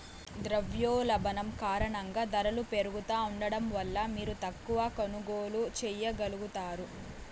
ద్రవ్యోల్బణం కారణంగా దరలు పెరుగుతా ఉండడం వల్ల మీరు తక్కవ కొనుగోల్లు చేయగలుగుతారు